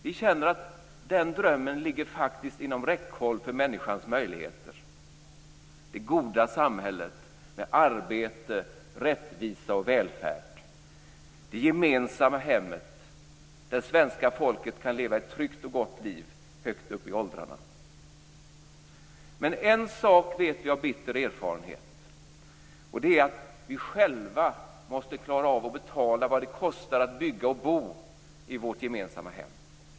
Vi känner att denna dröm faktiskt ligger inom räckhåll för människans möjligheter - det goda samhället med arbete, rättvisa och välfärd, det gemensamma hemmet, där svenska folket kan leva ett tryggt och gott liv högt upp i åldrarna. Men en sak vet vi av bitter erfarenhet, och det är att vi själva måste klara av att betala vad det kostar att bygga och bo i vårt gemensamma hem.